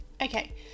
Okay